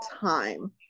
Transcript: time